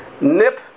nip